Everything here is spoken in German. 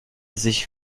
sich